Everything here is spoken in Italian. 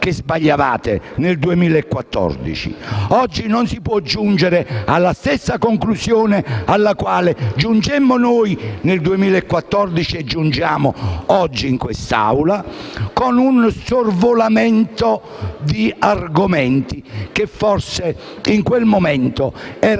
che sbagliavate nel 2014. Oggi non si può giungere alla conclusione alla quale giungemmo noi nel 2014 - e giungiamo oggi in questa Assemblea - con un sorvolamento di argomenti che forse in quel momento erano